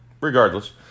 regardless